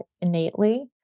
innately